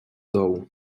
dołu